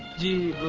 you